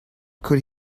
could